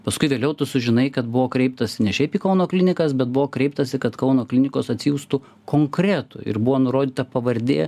paskui vėliau tu sužinai kad buvo kreiptasi ne šiaip į kauno klinikas bet buvo kreiptasi kad kauno klinikos atsiųstų konkretų ir buvo nurodyta pavardė